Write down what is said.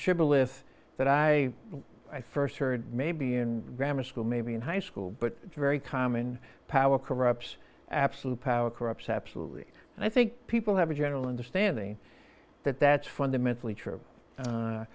shibboleth that i first heard maybe in grammar school maybe in high school but very common power corrupts absolute power corrupts absolutely and i think people have a general understanding that that's fundamentally true